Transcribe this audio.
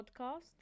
podcast